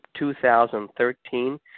2013